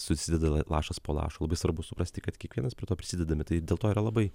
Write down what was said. susideda lašas po lašo labai svarbu suprasti kad kiekvienas prie to prisidedame tai dėl to yra labai